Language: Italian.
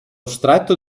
stretto